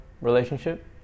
relationship